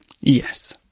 Yes